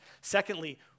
Secondly